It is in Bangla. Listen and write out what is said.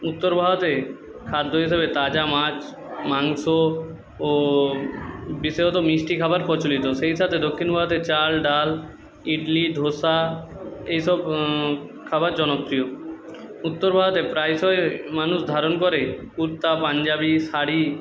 উত্তর ভারতে খাদ্য হিসাবে তাজা মাছ মাংস ও বিশেষত মিষ্টি খাবার প্রচলিত সেই সাথে দক্ষিণ ভারতে চাল ডাল ইডলি ধোসা এইসব খাবার জনপ্রিয় উত্তর ভারতের প্রায়শই মানুষ ধারণ করে কুর্তা পাঞ্জাবি শাড়ি